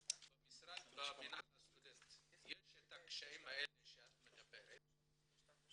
אם במינהל הסטודנטים יש את הקשיים האלה שאת מדברת עליהם,